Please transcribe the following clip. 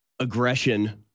aggression